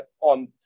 on